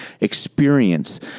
Experience